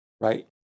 right